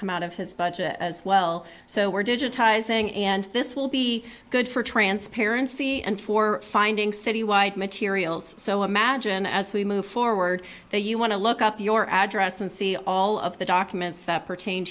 come out of his budget as well so we're digitizing and this will be good for transparency and for finding citywide materials so imagine as we move forward there you want to look up your address and see all of the documents that pertain